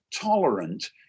tolerant